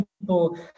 people